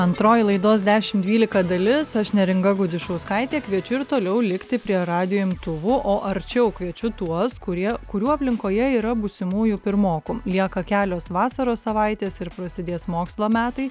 antroji laidos dešim dvylika dalis aš neringa gudišauskaitė kviečiu ir toliau likti prie radijo imtuvų o arčiau kviečiu tuos kurie kurių aplinkoje yra būsimųjų pirmokų lieka kelios vasaros savaitės ir prasidės mokslo metai